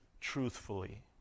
truthfully